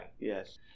Yes